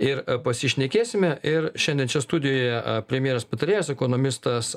ir pasišnekėsime ir šiandien čia studijoje premjerės patarėjas ekonomistas